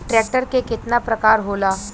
Tractor के केतना प्रकार होला?